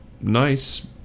nice